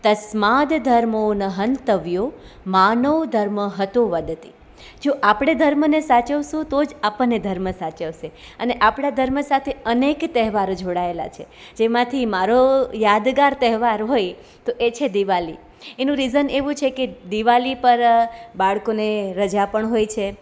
તસમાદ ધર્મો ન હંતવ્યો માનવ ધર્મ હતો વદતે જો આપણે ધર્મને સાચવીશું તો જ આપણને ધર્મ સાચવશે અને આપણા ધર્મ સાથે અનેક તહેવારો જોડાયેલા છે જેમાંથી મારો યાદગાર તહેવાર હોય તો એ છે દિવાળી એનું રિઝન એવું છે કે દિવાળી પર બાળકોને રજા પણ હોય છે